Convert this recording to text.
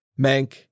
Mank